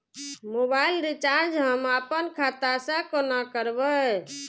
Mobile recharge हम आपन खाता से कोना करबै?